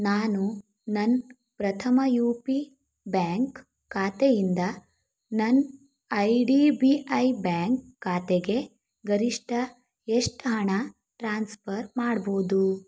ನಾನು ನನ್ನ Prathama U P bank ಖಾತೆಯಿಂದ ನನ್ನ I D B I bank ಖಾತೆಗೆ ಗರಿಷ್ಠ ಎಷ್ಟು ಹಣ ಟ್ರಾನ್ಸ್ಪರ್ ಮಾಡ್ಬೋದು